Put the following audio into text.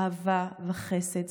אהבה וחסד,